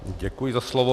Děkuji za slovo.